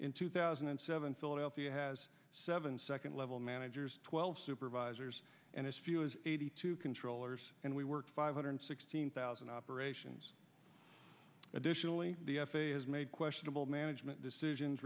in two thousand and seven philadelphia has seven second level managers twelve supervisors and as few as eighty two controllers and we work five hundred sixteen thousand operations additionally the f a a has made questionable management decisions